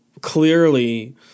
clearly